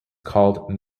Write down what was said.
called